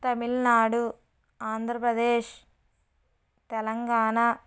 Tamil Nadu Andhra Pradesh Telangana